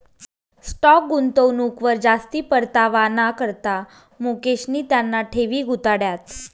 stock गुंतवणूकवर जास्ती परतावाना करता मुकेशनी त्याना ठेवी गुताड्यात